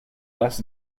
less